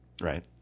right